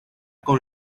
con